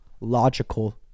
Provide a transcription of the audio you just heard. logical